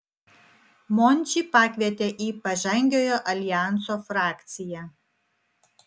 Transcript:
mončį pakvietė į pažangiojo aljanso frakciją